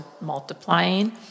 multiplying